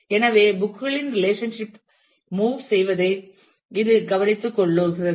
எனவே புக் களின் ரெலேஷன்ஷிப் ஐ மூவ் செய்வதை இது கவனித்துக்கொள்கிறது